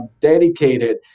dedicated